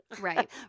right